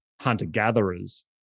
hunter-gatherers